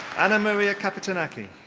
anna-maria kapetanaki.